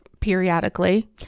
Periodically